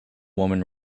woman